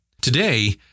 Today